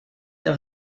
der